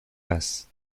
face